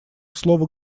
слово